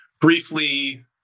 Briefly